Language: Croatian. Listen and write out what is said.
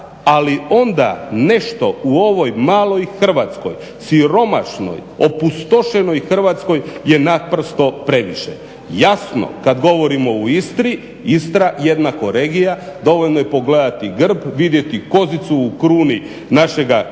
ali onda nešto u ovoj maloj Hrvatskoj, siromašnoj opustošenoj Hrvatskoj je naprosto previše. Jasno, kad govorimo u Istri, Istra jednako regija, dovoljno je pogledati grb, vidjeti kozicu u kruni našega grba